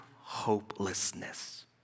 hopelessness